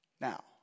Now